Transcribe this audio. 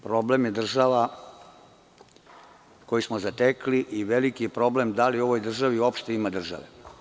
Problem je država koju smo zatekli i veliki je problem da li u ovoj državi uopšte ima države?